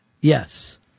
Yes